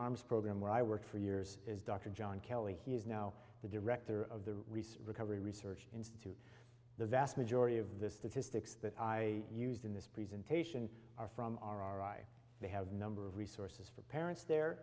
arms program where i work for years is dr john kelly he's now the director of the research recovery research institute the vast majority of the statistics that i used in this presentation are from our eye they have number of resources for parents there